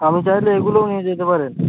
আপনি চাইলে এইগুলোও নিয়ে যেতে পারেন